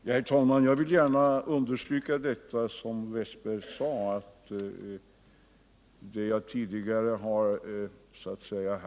Herr talman! Jag vill gärna understryka det som Olle Wästberg i Stockholm sade.